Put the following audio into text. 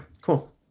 cool